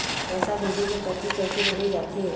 पैसा भेजे के परची कैसे भरे जाथे?